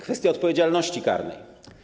Kwestia odpowiedzialności karnej.